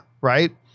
right